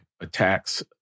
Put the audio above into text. attacks